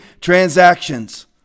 transactions